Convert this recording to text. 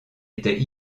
était